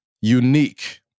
unique